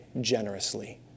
generously